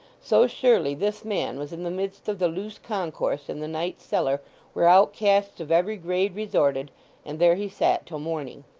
so surely this man was in the midst of the loose concourse in the night-cellar where outcasts of every grade resorted and there he sat till morning.